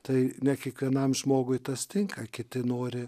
tai ne kiekvienam žmogui tas tinka kiti nori